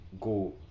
go